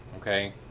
okay